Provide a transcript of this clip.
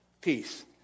peace